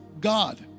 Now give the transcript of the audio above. God